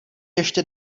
ještě